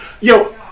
Yo